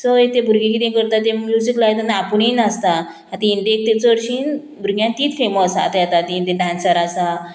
so ते भुरगीं कितें करता ते म्युजीक लायता आनी आपुणूय नाचता आतां इंडियेक ते चडशीं भुरग्यांक तीच फेमस आसा ते डांसर आसा